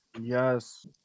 Yes